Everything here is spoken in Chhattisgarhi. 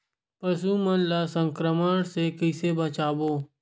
पशु मन ला संक्रमण से कइसे बचाबो?